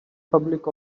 public